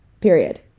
Period